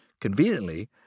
conveniently